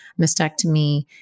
mastectomy